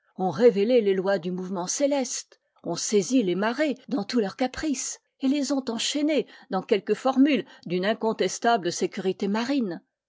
ont révélé les lois du mouvement céleste ont saisi les marées dans tous leurs caprices et les ont enchaînées dans quelques formules d'une incontestable sécurité marine